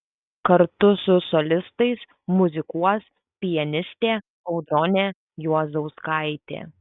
kartu su solistais muzikuos pianistė audronė juozauskaitė